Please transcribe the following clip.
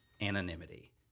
anonymity